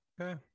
Okay